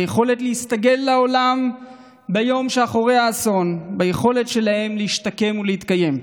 ביכולת להסתגל לעולם ביום שאחרי האסון וביכולת שלהם להשתקם ולהתקיים.